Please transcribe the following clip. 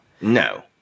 no